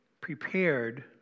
prepared